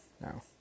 no